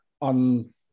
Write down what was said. on